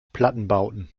plattenbauten